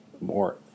More